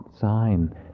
sign